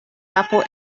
kapo